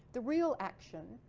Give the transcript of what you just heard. the real action,